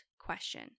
question